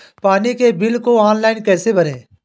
पानी के बिल को ऑनलाइन कैसे भरें?